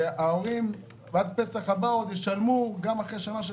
שההורים עד פסח הבא עוד ישלמו, גם אחרי שנה של